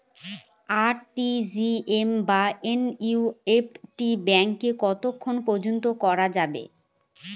RTGS বা NEFT ব্যাংকে কতক্ষণ পর্যন্ত করা যায়?